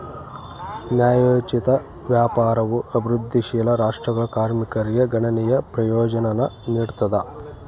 ನ್ಯಾಯೋಚಿತ ವ್ಯಾಪಾರವು ಅಭಿವೃದ್ಧಿಶೀಲ ರಾಷ್ಟ್ರಗಳ ಕಾರ್ಮಿಕರಿಗೆ ಗಣನೀಯ ಪ್ರಯೋಜನಾನ ನೀಡ್ತದ